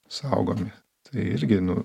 saugomi tai irgi nu